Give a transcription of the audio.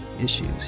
issues